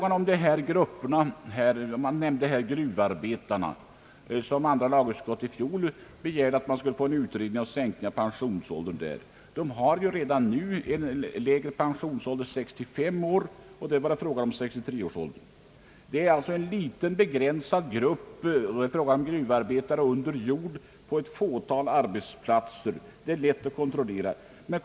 De har ju redan nu i vissa fall lägre pensionsålder än andra arbetare, nämligen 65 år. Det gäller en liten, begränsad grupp — gruvarbetare under jord på ett fåtal arbetsplatser — och det är lätt att kontrollera den.